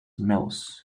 mills